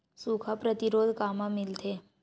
सुखा प्रतिरोध कामा मिलथे?